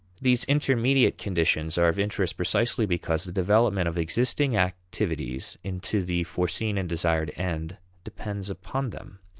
these intermediate conditions are of interest precisely because the development of existing activities into the foreseen and desired end depends upon them.